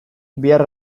bihar